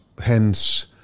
hence